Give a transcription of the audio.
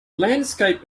landscape